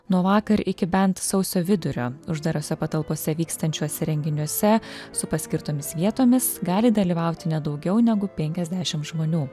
nuo vakar iki bent sausio vidurio uždarose patalpose vykstančiuose renginiuose su paskirtomis vietomis gali dalyvauti ne daugiau negu penkiasdešim žmonių